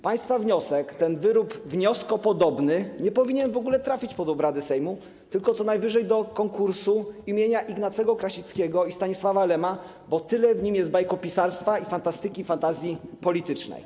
Państwa wniosek, ten wyrób wnioskopodobny, nie powinien w ogóle trafić pod obrady Sejmu, tylko co najwyżej do konkursu im. Ignacego Krasickiego i Stanisława Lema, bo tyle w nim jest bajkopisarstwa i fantastyki, fantazji politycznej.